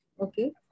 Okay